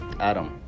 Adam